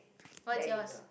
what's yours